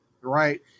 right